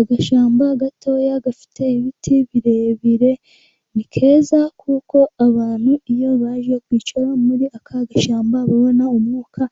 Agashyamba gatoya gafite ibiti birebire, ni keza kuko abantu iyo baje kwicara muri aka gashyamba, babona umwuka